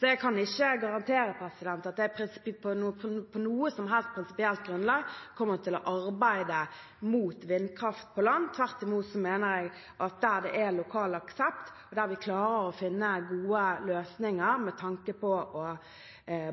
Så jeg kan ikke garantere at jeg på noe som helst prinsipielt grunnlag kommer til å arbeide mot vindkraft på land. Tvert imot mener jeg at der det er lokal aksept, og der vi klarer å finne gode løsninger med tanke på å